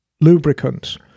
lubricants